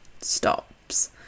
stops